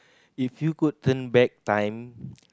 if you could turn back time